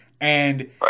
And-